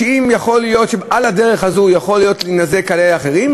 אם יכול להיות שעל הדרך הזאת יכולים להינזק אחרים,